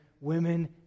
women